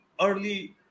early